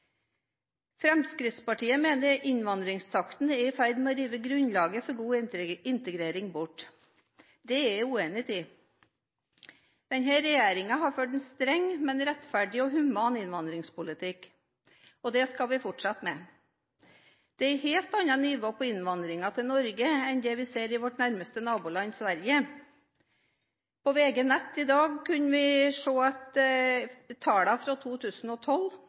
Fremskrittspartiet mener at innvandringstakten er i ferd med å rive bort grunnlaget for god integrering. Det er jeg uenig i. Denne regjeringen har ført en streng, men rettferdig og human innvandringspolitikk, og det skal vi fortsette med. Det er et helt annet nivå på innvandringen til Norge enn det vi ser i vårt nærmeste naboland, Sverige. På VG Nett i dag kunne vi se tallene fra 2012